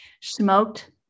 smoked